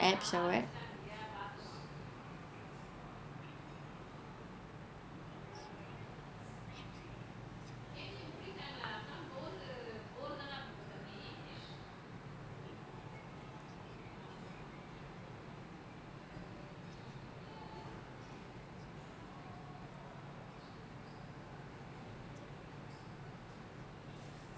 apps or web